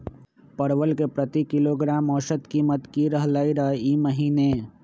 परवल के प्रति किलोग्राम औसत कीमत की रहलई र ई महीने?